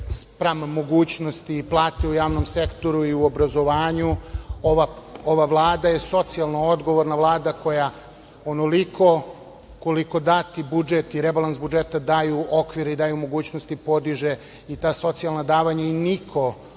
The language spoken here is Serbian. spram mogućnosti i plate u javnom sektoru i u obrazovanju. Ova Vlada je socijalno odgovorna Vlada koja onoliko koliko dati budžet i rebalans budžeta daju okvir i daju mogućnosti podiže i ta socijalna davanja i niko